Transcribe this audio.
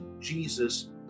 Jesus